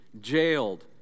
jailed